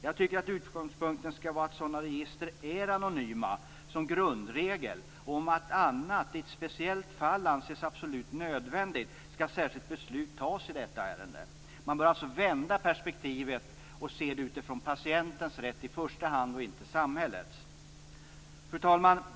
Jag tycker att utgångspunkten skall vara att sådana register är anonyma som grundregel och att om annat, i ett speciellt fall, anses absolut nödvändigt, skall särskilt beslut tas i detta ärende. Man bör alltså vända på perspektivet och se frågan i första hand utifrån patientens rätt, inte utifrån samhällets. Fru talman!